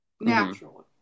naturally